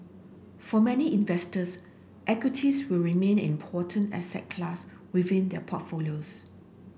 for many investors equities will remain important asset class within their portfolios